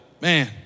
man